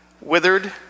withered